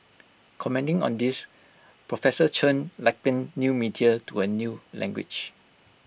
commenting on this Prof Chen likened new media to A new language